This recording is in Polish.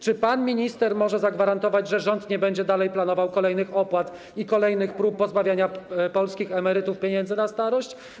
Czy pan minister może zagwarantować, że rząd nie będzie dalej planował kolejnych opłat i kolejnych prób pozbawiania polskich emerytów pieniędzy na starość?